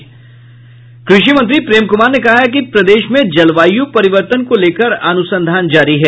कृषि मंत्री प्रेम कुमार ने कहा कि प्रदेश में जलवायु परिवर्तन को लेकर अनुसंधान जारी है